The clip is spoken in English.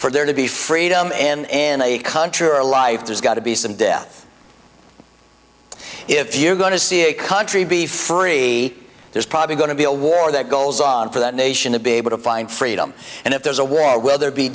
for there to be freedom n n a contrary life there's got to be some death if you're going to see a country be free there's probably going to be a war that goes on for that nation to be able to find freedom and if there's a war whether